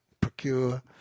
procure